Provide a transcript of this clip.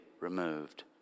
removed